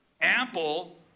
ample